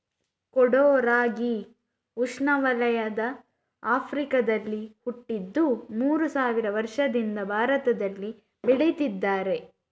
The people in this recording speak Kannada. ಕೊಡೋ ರಾಗಿ ಉಷ್ಣವಲಯದ ಆಫ್ರಿಕಾದಲ್ಲಿ ಹುಟ್ಟಿದ್ದು ಮೂರು ಸಾವಿರ ವರ್ಷದಿಂದ ಭಾರತದಲ್ಲಿ ಬೆಳೀತಿದ್ದಾರೆ